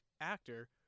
actor